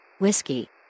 Whiskey